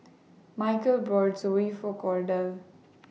Mychal bought Zosui For Cordell